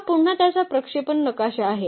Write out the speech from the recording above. हा पुन्हा त्याचा प्रक्षेपण नकाशा आहे